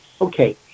okay